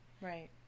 right